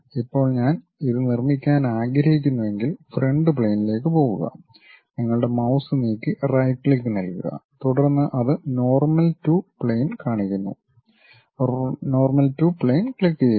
ഇപ്പോൾ ഞാൻ ഇത് നിർമ്മിക്കാൻ ആഗ്രഹിക്കുന്നുവെങ്കിൽ ഫ്രണ്ട് പ്ലെയിനിലേക്ക് പോകുക നിങ്ങളുടെ മൌസ് നീക്കി റൈറ്റ് ക്ലിക്ക് നൽകുക തുടർന്ന് അത് നോർമൽ ടു പ്ലെയിൻ കാണിക്കുന്നു നോർമൽ ടു പ്ലെയിൻ ക്ലിക്കുചെയ്യുക